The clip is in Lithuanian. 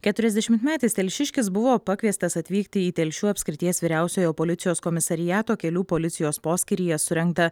keturiasdešimtmetis telšiškis buvo pakviestas atvykti į telšių apskrities vyriausiojo policijos komisariato kelių policijos poskyryje surengtą